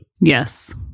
Yes